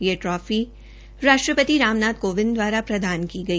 यह ट्राफी राष्ट्रपति रामनाथ कोविंद द्वारा प्रदान की गई